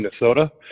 Minnesota